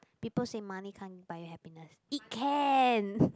people say money can't buy happiness it can